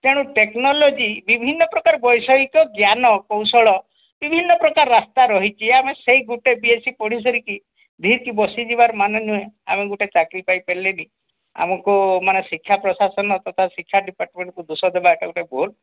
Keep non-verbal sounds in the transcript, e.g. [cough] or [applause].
ତେଣୁ ଟେକ୍ନୋଲୋଜି ବିଭିନ୍ନ ପ୍ରକାର ବୈଷୟିକ ଜ୍ଞାନ କୌଶଳ ବିଭିନ୍ନପ୍ରକାର ରାସ୍ତା ରହିଛି ଆମେ ସେଇ ଗୋଟେ ବି ଏସ୍ ସି ପଢ଼ିସାରିକି [unintelligible] ବସିଯିବାର ମାନେ ନୁହେଁ ଆମେ ଗୋଟେ ଚାକିରୀ ପାଇ ପାରିଲେନି କି ଆମକୁ ମାନେ ଶିକ୍ଷା ପ୍ରଶାସନ ତଥା ଶିକ୍ଷା ଡିପାର୍ଟମେଣ୍ଟ୍କୁ ଦୋଷ ଦେବା ଏଇଟା ଗୋଟେ ଭୁଲ୍